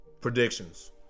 predictions